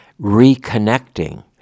reconnecting